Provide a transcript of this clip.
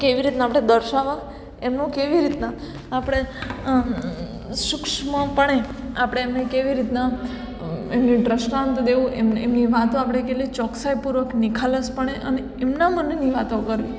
કેવી રીતના આપણે દર્શાવવા એમનું કેવી રીતના આપણે સૂક્ષ્મપણે આપણે એમને કેવી રીતના એમનું દૃષ્ટાંત દેવું એમની વાતો આપણે કેટલી ચોકસાઈપૂર્વક નિખાલસપણે અને એમના મનની વાતો કરવી